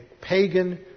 pagan